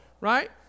right